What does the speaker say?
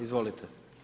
Izvolite.